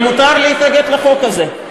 ומותר להתנגד לחוק הזה.